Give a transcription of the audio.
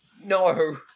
No